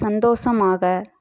சந்தோஷமாக